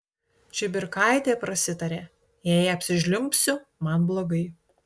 čibirkaitė prasitarė jei apsižliumbsiu man blogai